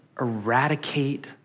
eradicate